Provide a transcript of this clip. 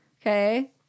okay